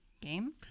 Game